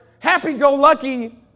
Happy-go-lucky